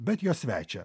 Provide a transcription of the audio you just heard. bet jo svečią